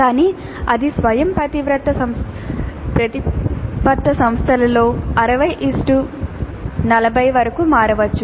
కానీ అది స్వయంప్రతిపత్త సంస్థలలో 6040 వరకు మారవచ్చు